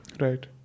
Right